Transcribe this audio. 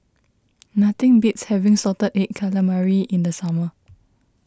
nothing beats having Salted Egg Calamari in the summer